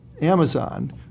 amazon